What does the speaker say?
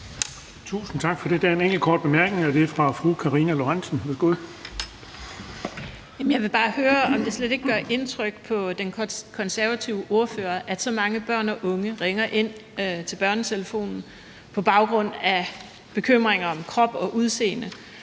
Karina Lorentzen Dehnhardt. Værsgo. Kl. 19:07 Karina Lorentzen Dehnhardt (SF): Jeg vil bare høre, om det slet ikke gør indtryk på den konservative ordfører, at så mange børn og unge ringer ind til BørneTelefonen på baggrund af bekymringer om krop og udseende,